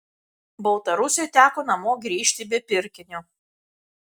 baltarusiui teko namo grįžti be pirkinio